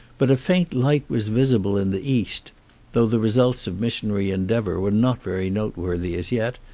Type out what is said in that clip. but a faint light was visible in the east though the results of missionary endeavour were not very noteworthy as yet,